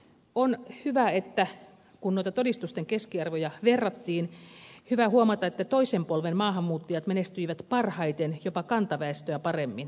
on hyvä huomata kun noitten todistusten keskiarvoja verrattiin että toisen polven maahanmuuttajat menestyivät parhaiten jopa kantaväestöä paremmin